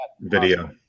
video